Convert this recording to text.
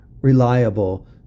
reliable